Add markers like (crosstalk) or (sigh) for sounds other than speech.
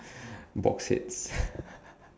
box head (laughs)